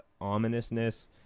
ominousness